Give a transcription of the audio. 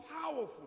powerful